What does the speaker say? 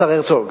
השר הרצוג,